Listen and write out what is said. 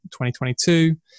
2022